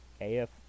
AF